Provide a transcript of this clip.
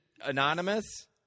anonymous